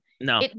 No